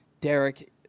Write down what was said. Derek